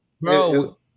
Bro